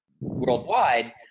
worldwide